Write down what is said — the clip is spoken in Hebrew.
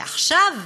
ועכשיו,